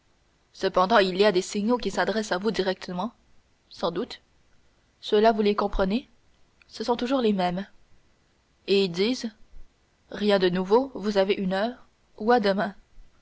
cependant il y a des signaux qui s'adressent à vous directement sans doute et ceux-là vous les comprenez ce sont toujours les mêmes et ils disent rien de nouveau vous avez une heure ou à demain